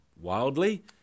wildly